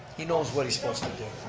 he knows what he's supposed to do.